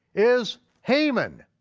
is haman.